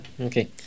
Okay